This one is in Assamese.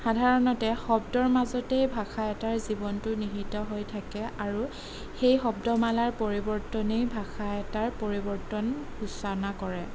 সাধাৰণতে শব্দৰ মাজতেই ভাষা এটাৰ জীৱনটো নিহিত হৈ থাকে আৰু সেই শব্দমালাৰ পৰিৱৰ্তনেই ভাষা এটাৰ পৰিৱৰ্তন সূচনা কৰে